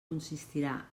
consistirà